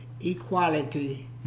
equality